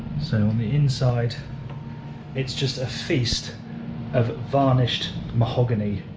so on the inside it's just a feast of varnished mahogany,